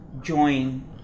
join